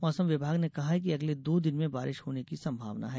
मौसम विभाग ने कहा है कि अगले दो दिनों में बारिश होने की संभावना है